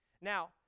Now